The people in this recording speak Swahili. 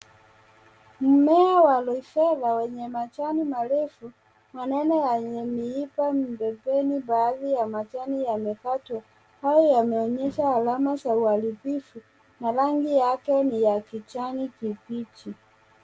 Mmea wa Loifera wenye majani marefu. Maneno yenye miiba bembeni baadhi ya majani yamekatwa au yameonyesha alama za uharibifu na rangi yake ni ya kijani kibichi.